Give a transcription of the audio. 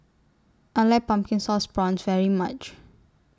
I like Pumpkin Sauce Prawns very much